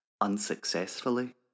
unsuccessfully